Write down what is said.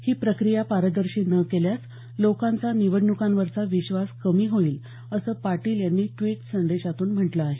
ही प्रक्रिया पारदर्शी न केल्यास लोकांचा निवडणुकांवरचा विश्वास कमी होईल असं पाटील यांनी ट्वीट संदेशातून म्हटलं आहे